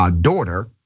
daughter